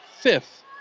fifth